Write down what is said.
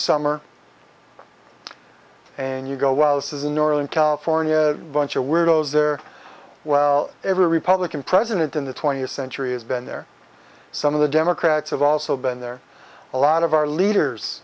summer and you go wow this is a northern california bunch of weirdos there well every republican president in the twentieth century has been there some of the democrats have also been there a lot of our leaders